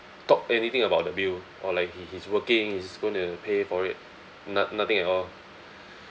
talk anything about the bill or like he he's working he's gonna pay for it no~ nothing at all